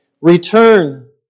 Return